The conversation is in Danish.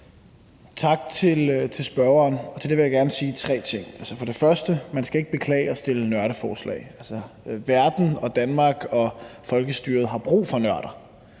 Tak til spørgeren. Til det vil jeg gerne sige tre ting. Altså, for det første skal man ikke beklage at stille et nørdforslag. Verden og Danmark og folkestyret har brug for nørder.